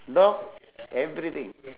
dog everything